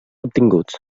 obtinguts